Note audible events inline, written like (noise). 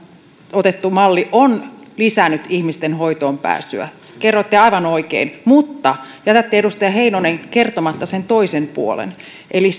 otettu malli on lisännyt ihmisten hoitoon pääsyä kerroitte aivan oikein mutta jätätte edustaja heinonen kertomatta sen toisen puolen eli (unintelligible)